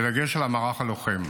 בדגש על המערך הלוחם.